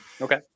Okay